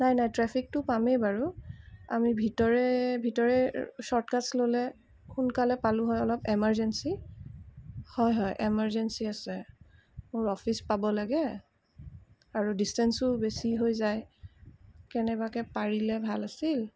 নাই নাই ট্ৰেফিকটো পামেই বাৰু আমি ভিতৰে ভিতৰে শ্বৰ্ট কাটচ ল'লে সোনকালে পালোঁ হয় অলপ এমাৰ্জেঞ্চী হয় হয় এমাৰ্জেঞ্চী আছে মোৰ অফিচ পাব লাগে আৰু ডিষ্টেঞ্চো বেছি হৈ যায় কেনেবাকৈ পাৰিলে ভাল আছিল